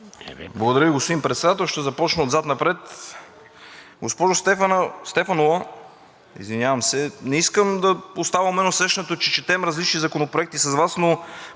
Благодаря Ви, господин Председател. Ще започна отзад напред. Госпожо Стефанова, не искам да оставаме с усещането, че четем различни законопроекти с Вас, но